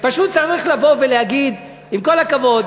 פשוט צריך לבוא ולהגיד: עם כל הכבוד,